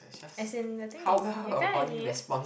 as it I think you got what I mean